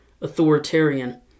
authoritarian